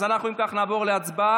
אז אנחנו, אם כך, נעבור להצבעה.